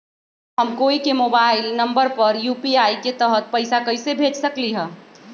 हम कोई के मोबाइल नंबर पर यू.पी.आई के तहत पईसा कईसे भेज सकली ह?